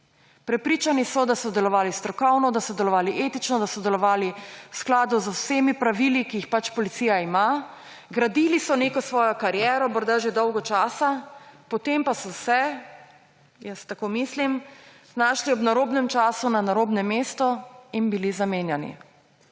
etično, da so delovali v skladu z vsemi pravili, ki jih pač policija ima. Gradili so neko svojo kariero, morda že dolgo časa, potem pa so se, jaz tako mislim, znašli ob narobnem času na narobnem mestu in bili zamenjani.